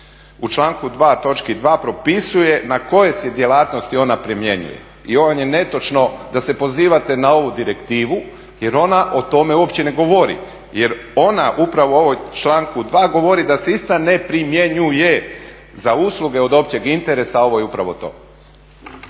u članku 2. točki 2 propisuje na koje se djelatnosti ona primjenjuje. I ovo vam je netočno da se pozivate na ovu direktivu jer ona o tome uopće ne govori. Jer ona upravo u ovom članku 2. govori da se ista ne primjenjuje za usluge od općeg interesa a ovo je upravo to.